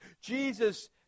Jesus